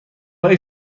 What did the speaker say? های